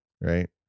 right